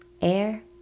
Air